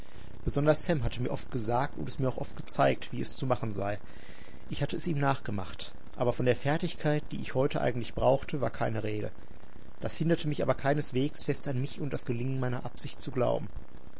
besonders sam hatte mir oft gesagt und es mir auch oft gezeigt wie es zu machen sei ich hatte es ihm nachgemacht aber von der fertigkeit die ich heute eigentlich brauchte war keine rede das hinderte mich aber keineswegs fest an mich und an das gelingen meiner absicht zu glauben